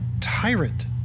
tyrant